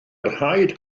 rhaid